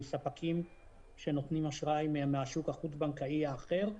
ספקים שנותנים אשראי מהשוק החוץ בנקאי האחר,